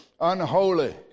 unholy